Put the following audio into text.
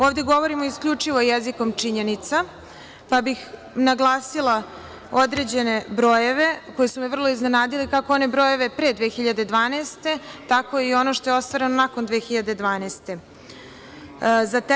Ovde govorimo isključivo jezikom činjenica, pa bih naglasila određene brojeve koji su me vrlo iznenadili, kako one brojeve pre 2012. godine, tako i ono što je ostvareno nakon 2012. godine.